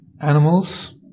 animals